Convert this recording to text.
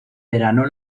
verano